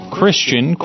Christian